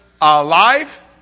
alive